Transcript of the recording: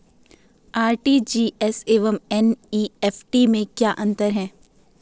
RTGS एवं NEFT में क्या अंतर है?